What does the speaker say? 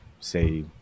say